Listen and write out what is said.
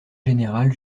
général